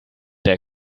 der